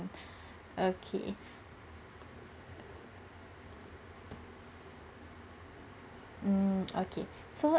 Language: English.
okay mm okay so